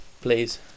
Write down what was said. please